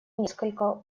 несколько